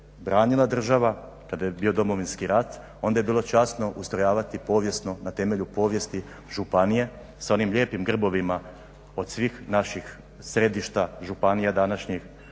branila država, kada je bio Domovinski rat onda je bilo časno ustrojavati povijesno, na temelju povijesti županije s onim lijepim grbovima od svih naših središta, županija današnjih